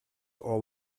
all